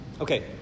Okay